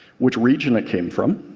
which region it came from,